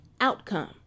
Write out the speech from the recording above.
outcome